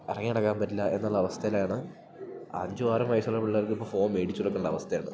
കറങ്ങി നടക്കാൻ പറ്റില്ല എന്നൊള്ള അവസ്ഥയിലാണ് അഞ്ചും ആറും വയസ്സുള്ള പിള്ളേർക്കിപ്പ ഫോൺ മേടിച്ചു കൊടുക്കണ്ട അവസ്ഥയാണ്